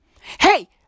Hey